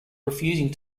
refusing